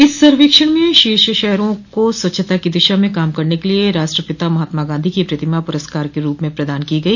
इस सर्वेक्षण में शीर्ष शहरों को स्वच्छता की दिशा में काम करने के लिये राष्ट्रपिता महात्मा गांधी की प्रतिमा पुरस्कार के रूप में प्रदान की गई